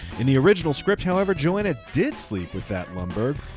in the original script, however, joanna did sleep with that lumbergh.